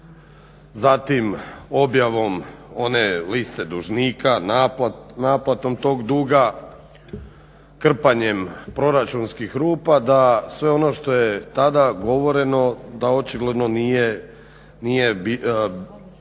zatim objavom one liste dužnika, naplatom tog duga, krpanjem proračunskih rupa da sve ono što je tada govoreno da očigledno nije sada